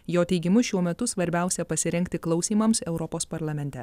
jo teigimu šiuo metu svarbiausia pasirengti klausymams europos parlamente